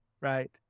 right